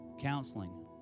counseling